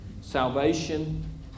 Salvation